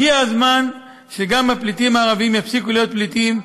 הגיע הזמן שגם הפליטים הערבים יפסיקו להיות פליטים,